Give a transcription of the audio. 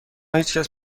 هیچکس